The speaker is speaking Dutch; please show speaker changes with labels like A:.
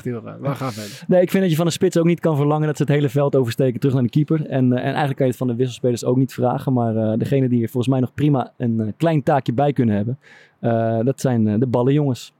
A: We gaan-
B: Nee, ik vind dat je van de spits ook niet kan verlangen dat ze het hele veld oversteken terug naar de keeper. En, eh, en eigenlijk kan je het van de wisselspelers ook niet vragen, maar, eh, degene die er volgens mij nog prima een, eh, klein taakje bij kunnen hebben, eh, dat zijn, eh, de ballenjongens.